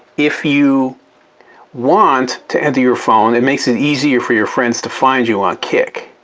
if you want to enter your phone, it makes it easier for your friends to find you on kik.